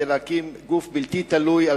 כדי להקים גוף בלתי תלוי,